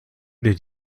did